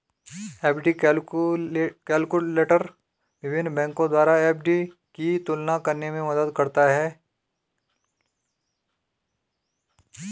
FD calculator विभिन्न बैंकों द्वारा विभिन्न एफ.डी की तुलना करने में मदद करता है